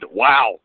wow